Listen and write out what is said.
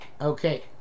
Okay